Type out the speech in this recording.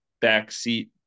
backseat